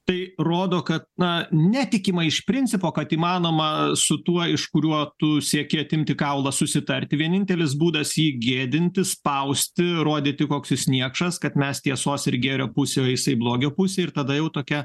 tai rodo kad na netikima iš principo kad įmanoma su tuo iš kurio tu sieki atimti kaulą susitarti vienintelis būdas jį gėdinti spausti rodyti koks jis niekšas kad mes tiesos ir gėrio pusėj o jisai blogio pusėj ir tada jau tokia